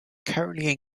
currently